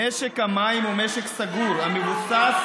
משק המים הוא משק סגור המבוסס,